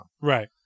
right